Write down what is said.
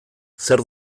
zer